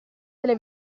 delle